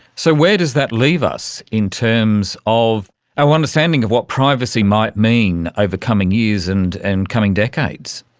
so where does that leave us in terms of our understanding of what privacy might mean over coming years and and coming decades?